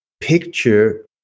picture